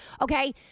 Okay